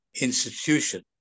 institution